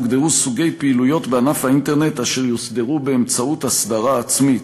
הוגדרו סוגי פעילויות בענף האינטרנט אשר יוסדרו באמצעות הסדרה עצמית,